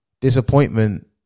Disappointment